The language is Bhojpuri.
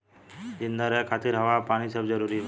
जिंदा रहे खातिर हवा आ पानी सब जरूरी बा